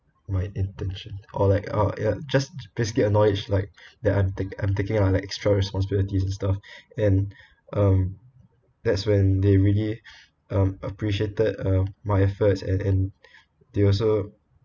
my intention or like oh ya just basically acknowledged like that I'm take I'm taking up like extra responsibilities and stuff and um that's when they really um appreciated uh my efforts and and they also